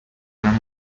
اما